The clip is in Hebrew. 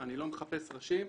אני לא מחפש ראשים,